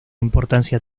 importancia